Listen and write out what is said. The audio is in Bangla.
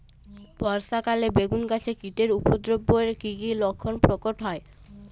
বর্ষা কালে বেগুন গাছে কীটের উপদ্রবে এর কী কী লক্ষণ প্রকট হয়?